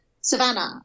Savannah